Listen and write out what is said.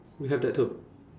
we have that too